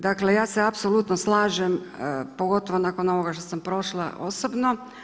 Dakle, ja se apsolutno slažem, pogotovo nakon onoga što sam prošla osobno.